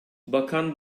bakan